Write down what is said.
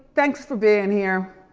thanks for being here.